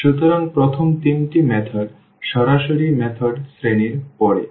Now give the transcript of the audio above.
সুতরাং প্রথম তিনটি পদ্ধতি সরাসরি পদ্ধতির শ্রেণীতে পড়ে